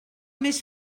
més